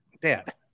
Dad